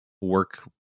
work